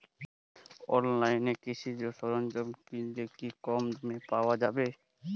অনলাইনে কৃষিজ সরজ্ঞাম কিনলে কি কমদামে পাওয়া যাবে?